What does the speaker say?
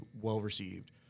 well-received